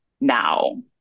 now